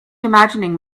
imagining